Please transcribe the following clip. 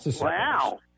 Wow